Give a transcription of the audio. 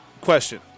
question